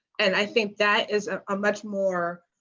and i think that is a much more